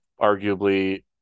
arguably